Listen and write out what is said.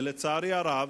ולצערי הרב,